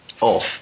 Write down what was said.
off